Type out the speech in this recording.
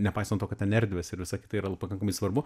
nepaisant to kad ten erdvės ir visa kita yra pakankamai svarbu